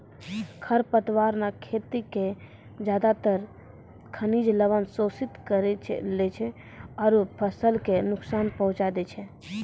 खर पतवार न खेत के ज्यादातर खनिज लवण शोषित करी लै छै आरो फसल कॅ नुकसान पहुँचाय दै छै